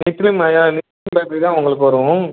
battery தான் உங்களுக்கு வரும்